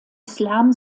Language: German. islam